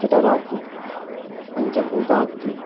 जटराग्निः पञ्चभूताग्निः